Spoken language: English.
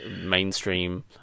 mainstream